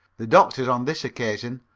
the doctors on this occasion,